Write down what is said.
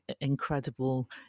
incredible